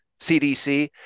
CDC